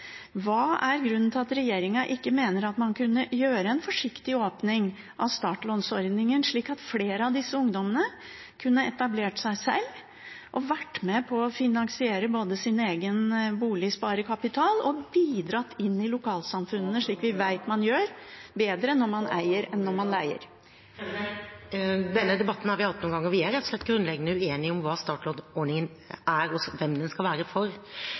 Hva er grunnen til at regjeringen ikke mener at man kunne gjøre en forsiktig åpning av startlånordningen, slik at flere av disse ungdommene kunne etablert seg selv og både vært med på å finansiere sin egen boligsparekapital og bidratt inn i lokalsamfunnet, slik vi vet man gjør bedre når man eier enn når man leier? Denne debatten har vi hatt noen ganger. Vi er rett og slett grunnleggende uenige om hva startlånordningen er, og hvem den skal være for.